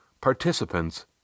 Participants